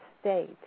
state